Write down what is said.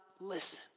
listen